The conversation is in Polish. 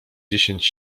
dziesięć